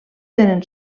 tenen